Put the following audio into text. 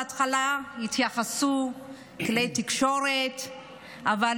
בהתחלה כלי התקשורת התייחסו,